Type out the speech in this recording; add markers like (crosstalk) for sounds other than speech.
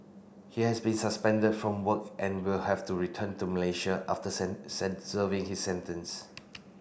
he has been suspended from work and will have to return to Malaysia after (unintelligible) serving his sentence